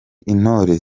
intore